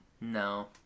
No